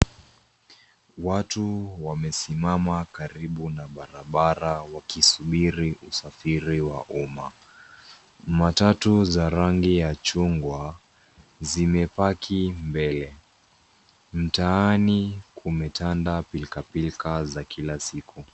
Watu wamesimama karibu na barabara wakisubiri usafiri wa umma. Matatu za rangi ya chungwa zimepaki mbele. Mtaani kumetanda pilka pilka za kila siku.